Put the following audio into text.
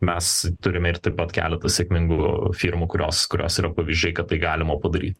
mes turime ir taip pat keleta sėkmingų firmų kurios kurios yra pavyzdžiai kad tai galima padaryt